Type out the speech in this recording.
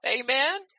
Amen